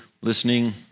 listening